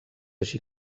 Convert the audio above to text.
així